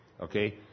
Okay